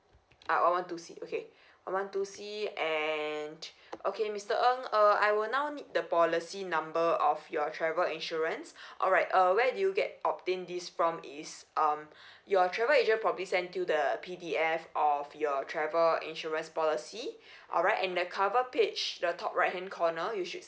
ah one one two C okay one one two C and okay mister ng uh I will now need the policy number of your travel insurance alright uh where do you get obtain this from is um your travel agent probably send to you the P_D_F of your travel insurance policy alright and the cover page the top right hand corner you should